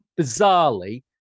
bizarrely